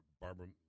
Barbara